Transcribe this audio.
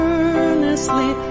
Earnestly